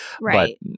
right